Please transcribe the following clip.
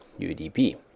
UDP